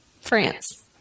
France